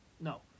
no